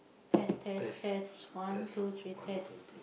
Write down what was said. test test test one two three test